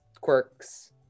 quirks